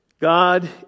God